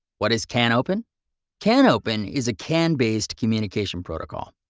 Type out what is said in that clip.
what is canopen? canopen is a can based communication protocol.